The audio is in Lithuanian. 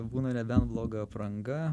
būna nebent bloga apranga